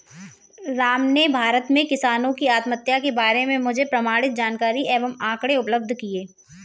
राम ने भारत में किसानों की आत्महत्या के बारे में मुझे प्रमाणित जानकारी एवं आंकड़े उपलब्ध किये